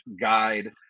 guide